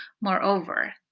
Moreover